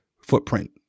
footprint